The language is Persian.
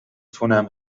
تونم